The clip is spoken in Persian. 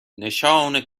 نشان